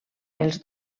els